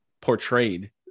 portrayed